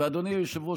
ואדוני היושב-ראש,